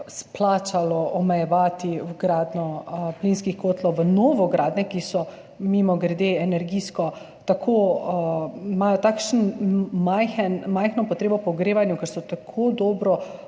splačalo omejevati vgradnje plinskih kotlov v novogradnje, ki imajo mimogrede energijsko tako takšno majhno potrebo po ogrevanju, ker so že tako dobro